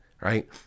right